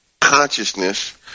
consciousness